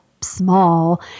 small